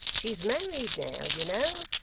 she's married now, you know.